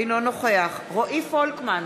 אינו נוכח רועי פולקמן,